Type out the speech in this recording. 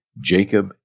Jacob